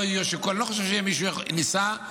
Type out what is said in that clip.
אני לא חושב שמישהו ניסה,